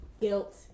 guilt